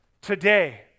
today